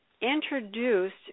introduced